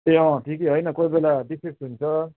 ए अँ ठिकै हो होइन कोही बेला डिफेक्ट हुन्छ